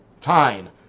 time